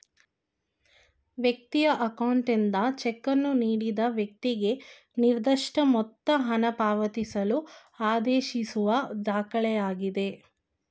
ವ್ಯಕ್ತಿಯ ಅಕೌಂಟ್ನಿಂದ ಚೆಕ್ಕನ್ನು ನೀಡಿದ ವ್ಯಕ್ತಿಗೆ ನಿರ್ದಿಷ್ಟಮೊತ್ತ ಹಣಪಾವತಿಸಲು ಆದೇಶಿಸುವ ದಾಖಲೆಯಾಗಿದೆ